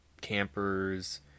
Campers